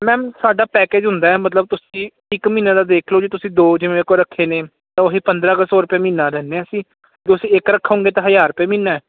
ma'am ਸਾਡਾ package ਹੁੰਦਾ ਮਤਲਬ ਤੁਸੀਂ ਇਕ ਮਹੀਨੇ ਦਾ ਦੇਖ ਲਓ ਜੀ ਤੁਸੀਂ ਦੋ ਜਿਵੇਂ ਕੋਲ ਰੱਖੇ ਨੇ ਉਹੀ ਪੰਦਰਾਂ ਕ ਸੋ ਰੁਪਏ ਮਹੀਨਾ ਲੈਦੇ ਆ ਅਸੀਂ ਤੁਸੀਂ ਇੱਕ ਰੱਖੋਗੇ ਤਾਂ ਹਜ਼ਾਰ ਰੁਪਏ ਮਹੀਨਾ